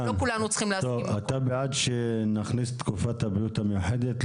אתה בעד שנכניס לתקנה את תקופת הבריאות המיוחדת?